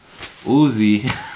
Uzi